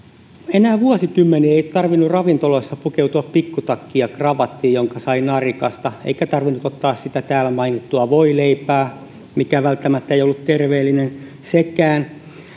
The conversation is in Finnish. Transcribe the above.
enää vuosikymmeniin ei ole tarvinnut ravintoloissa pukeutua pikkutakkiin ja kravattiin jonka sai narikasta eikä ole tarvinnut ottaa sitä täällä mainittua voileipää mikä välttämättä ei ollut terveellinen sekään